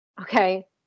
Okay